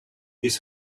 his